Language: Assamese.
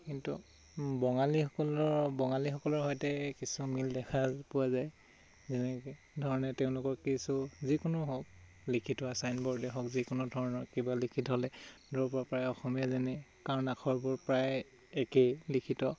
কিন্তু বঙালীসকলৰ বঙালীসকলৰ সৈতে কিছু মিল দেখা পোৱা যায় যেনেকৈ ধৰণে তেওঁলোকৰ কিছু যিকোনো হওক লিখিত ছাইনবৰ্ডে হওক যিকোনো ধৰণৰ কিবা লিখিত হ'লে ধৰিব পাৰে অসমীয়া জানে কাৰণ আখৰবোৰ প্ৰায় একেই লিখিত